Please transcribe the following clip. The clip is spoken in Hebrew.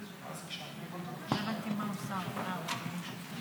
ההסתייגות (42) של חברי הכנסת שלמה קרעי